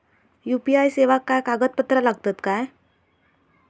UPI सेवाक काय कागदपत्र लागतत काय?